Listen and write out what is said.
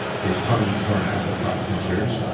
his tongue torn out with hot pincers,